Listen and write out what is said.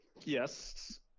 Yes